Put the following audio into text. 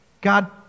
God